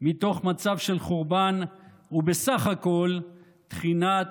מתוך מצב של חורבן, ובסך הכול טחינת